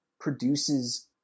produces